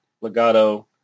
Legato